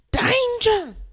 Danger